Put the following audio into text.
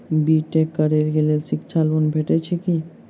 B tech करै लेल शिक्षा लोन भेटय छै की?